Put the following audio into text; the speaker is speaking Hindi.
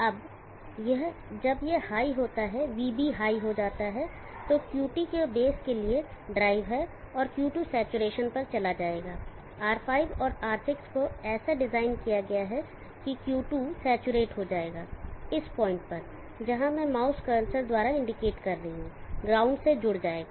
अब यह जब यह हाई होता Vb हाई हो जाता है तो Q2 के बेस के लिए ड्राइव है और Q2 सेचुरेशन पर चला जाएगा R5 और R6 को ऐसा डिज़ाइन किया गया है कि Q2 सैचुरेट हो जाएगा इस पॉइंट पर जहाँ मैं माउस कर्सर द्वारा इंडिकेट कर रहा हूं ground से जुड़ जाएगा